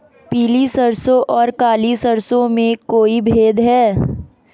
पीली सरसों और काली सरसों में कोई भेद है?